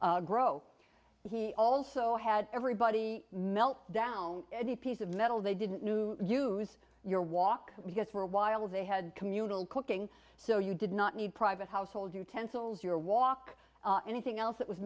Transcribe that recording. grow he also had everybody melt down any piece of metal they didn't new use your walk because for a while they had communal cooking so you did not need private household utensils your walk anything else that was